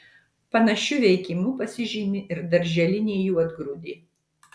panašiu veikimu pasižymi ir darželinė juodgrūdė